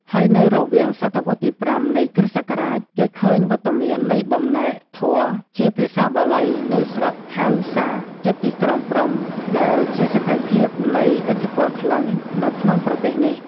ហើយនៅរវាងសតវត្សរ៍ទី៥ នៃគ្រិស្តសករាជគេឃើញវត្តមាននៃបំណែក ធម៌ ជាភាសាបាលី នៅស្រុកហៅហ្សាជិតទីក្រុងព្រហ្ម ដែលជាសក្ខីភាពនៃឥទ្ធិពលក្លិង្គ នៅក្នុងប្រទេសនេះ ។